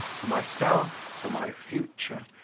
for myself, for my future,